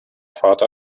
vater